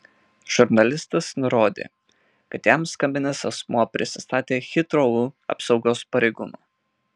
žurnalistas nurodė kad jam skambinęs asmuo prisistatė hitrou apsaugos pareigūnu